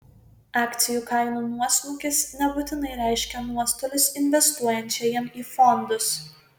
akcijų kainų nuosmukis nebūtinai reiškia nuostolius investuojančiajam į fondus